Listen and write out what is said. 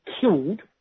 killed